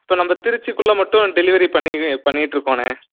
இப்போ நம்ம திருச்சிக்குள்ளே மட்டும் டெலிவரி பண்ணி இ பண்ணிட்டுருக்கோண்ணே